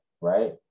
right